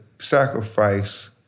sacrifice